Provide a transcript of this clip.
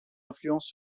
influence